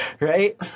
right